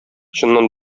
чыннан